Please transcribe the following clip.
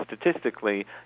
statistically